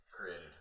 created